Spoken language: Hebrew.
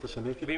אני